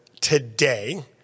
today